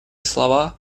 слова